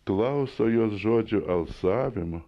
klauso jos žodžių alsavimo